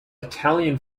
italian